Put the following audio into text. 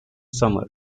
summer